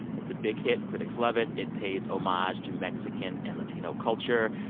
it's a big hit. critics love it. it pays um homage to mexican and latino culture.